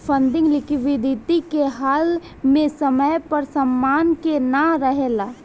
funding liquidity के हाल में समय पर समान के ना रेहला